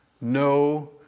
no